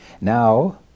Now